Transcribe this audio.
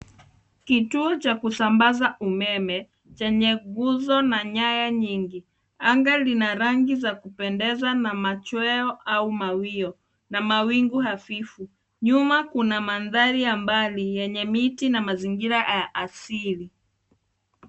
Kituo cha kusambaza umeme chenye nguzo na nyaya nyingi. Anga lina rangi za kupendeza na machweo au mawio, na mawingu hafifu .Nyuma kuna mandhari ya mbali yenye miti na mazingira asili.